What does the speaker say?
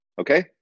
okay